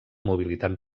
mobilitat